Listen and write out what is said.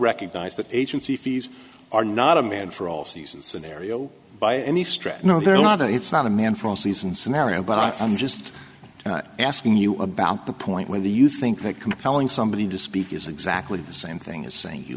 recognize that agency fees are not a man for all seasons scenario by any stretch no they're not it's not a man for all seasons scenario but i'm just asking you about the point when the you think that compelling somebody to speak is exactly the same thing as saying you